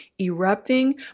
erupting